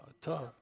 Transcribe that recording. tough